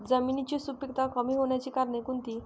जमिनीची सुपिकता कमी होण्याची कारणे कोणती?